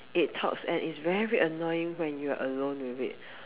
it talks and is very annoying when you're alone with it